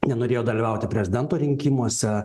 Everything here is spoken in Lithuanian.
nenorėjo dalyvauti prezidento rinkimuose